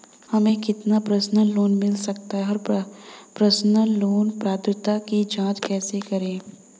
हमें कितना personal loan मिल सकता है और पर्सनल लोन पात्रता की जांच कैसे करें?